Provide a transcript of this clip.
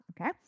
Okay